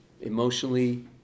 emotionally